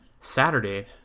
Saturday